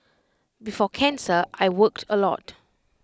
before cancer I worked A lot